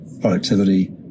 productivity